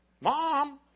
Mom